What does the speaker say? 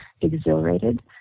exhilarated